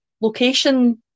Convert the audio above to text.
location